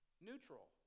neutral